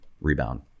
rebound